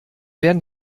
werden